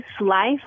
life